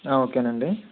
ఓకేనండి